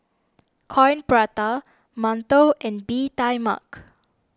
Coin Prata Mantou and Bee Tai Mak